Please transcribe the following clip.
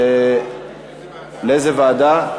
לאיזה ועדה?